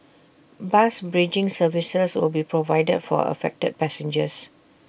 bus bridging services will be provided for affected passengers